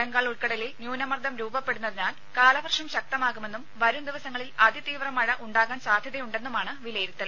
ബംഗാൾ ഉൾക്കടലിൽ ന്യൂനമർദ്ദം രൂപപ്പെടുന്നതിനാൽ കാലവർഷം ശക്തമാകുമെന്നും വരും ദിവസങ്ങളിൽ അതി തീവ്ര മഴ ഉണ്ടാകാൻ സാധ്യതയുണ്ടെന്നുമാണ് വിലയിരുത്തൽ